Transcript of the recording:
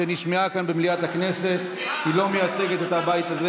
אתה לא רשאי להתייחס,